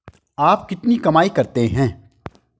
आप कितनी कमाई करते हैं?